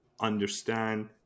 understand